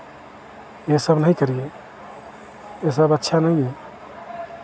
ये सब नहीं करिए ये सब अच्छा नहीं है